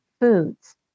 foods